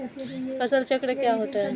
फसल चक्र क्या होता है?